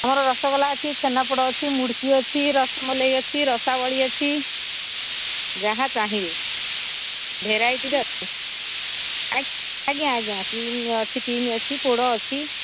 ମୋର ରସଗୋଲା ଅଛି ଛେନାପୋଡ଼ ଅଛି ମୁଡ଼କି ଅଛି ରସମଲେଇ ଅଛି ରସାବଳି ଅଛି ଯାହା ଚାହିଁବେ ଭେରାଇଟିରେ ଅଛି ଆଜ୍ଞା ଆଜ୍ଞା କିମ୍ ଅଛି ଷ୍ଟିମ୍ ଅଛି ପୋଡ଼ ଅଛି